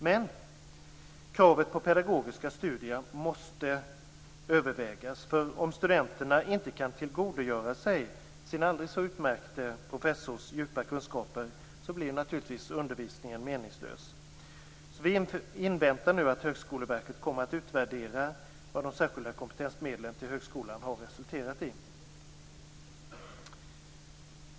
Men kravet på pedagogiska studier måste övervägas. Om studenterna inte kan tillgodogöra sig sin aldrig så utmärkte professors djupa kunskaper, blir undervisningen naturligtvis meningslös. Vi inväntar att Högskoleverket kommer att utvärdera vad de särskilda kompetensmedlen till högskolan har resulterat i. Fru talman!